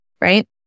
right